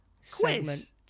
segment